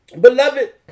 Beloved